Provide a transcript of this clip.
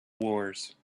wars